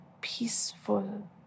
peaceful